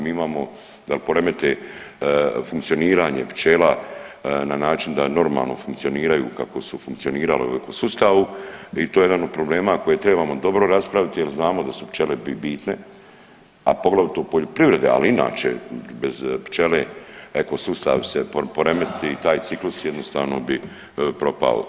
Mi imamo, da li poremete funkcioniranje pčela na način da normalno funkcioniraju kako su funkcionirale uvijek u sustavu i to je jedan od problema koji trebamo dobro raspraviti jer znamo da su pčele bitne, a poglavito u poljoprivredi, ali i inače, bez pčele ekosustav se poremeti, taj ciklus se jednostavno bi propao.